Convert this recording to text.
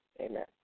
Amen